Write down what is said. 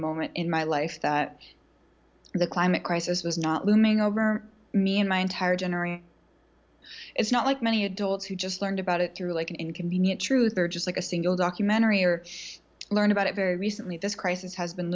moment in my life that the climate crisis was not looming over me in my entire general it's not like many adults who just learned about it through like an inconvenient truth or just like a single documentary or learned about it very recently this crisis h